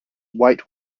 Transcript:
wait